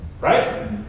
right